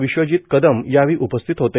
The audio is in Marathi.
विश्वजित कदम यावेळी उपस्थित होते